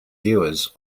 viewers